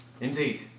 Indeed